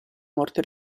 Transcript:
morte